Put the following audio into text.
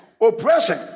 oppression